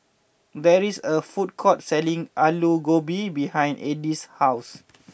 there is a food court selling Alu Gobi behind Eddie's house